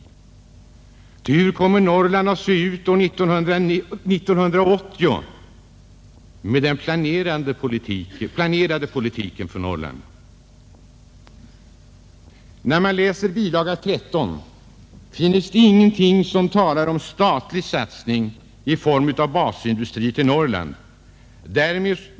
Ty hur kommer Norrland med den planerade politiken att se ut 1980? När man läser bilaga 13 finner man ingenting som talar om statlig satsning i form av basindustrier till Norrland.